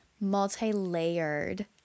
multi-layered